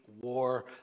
war